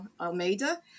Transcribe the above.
Almeida